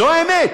זו האמת,